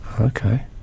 okay